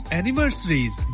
anniversaries